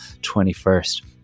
21st